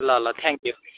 ल ल थ्याङ्क्यु